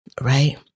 Right